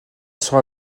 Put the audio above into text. sera